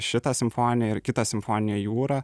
šitą simfoniją ir kitą simfoniją jūra